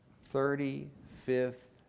thirty-fifth